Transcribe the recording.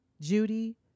Judy